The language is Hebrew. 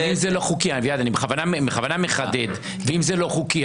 אני בכוונה מחדד: ואם זה לא חוקי,